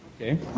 Okay